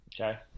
Okay